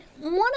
one